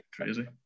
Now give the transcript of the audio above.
crazy